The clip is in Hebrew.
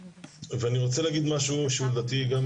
אני רוצה להגיד משהו שהוא לדעתי אחד